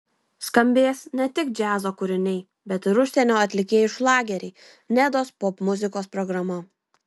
skambės ne tik džiazo kūriniai bet ir užsienio atlikėjų šlageriai nedos popmuzikos programa